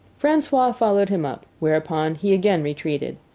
francois followed him up, whereupon he again retreated.